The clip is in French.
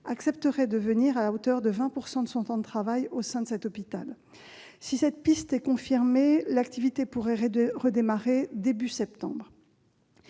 accepterait de venir, à hauteur de 20 % de son temps de travail, au sein de cet hôpital. Si cette piste était confirmée, l'activité pourrait redémarrer au début du mois